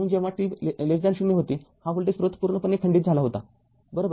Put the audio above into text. म्हणूनजेव्हा t0 होते हा voltage स्त्रोत पूर्णपणे खंडित झाला होता बरोबर